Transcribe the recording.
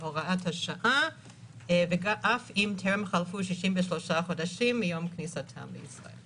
בהוראת השעה ואף אם טרם חלפו 63 חודשים מיום כניסתם לישראל.